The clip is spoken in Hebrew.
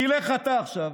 תלך אתה עכשיו.